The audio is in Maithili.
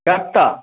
कत्तऽ